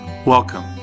Welcome